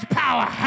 power